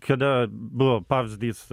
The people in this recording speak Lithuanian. kada buvo pavyzdys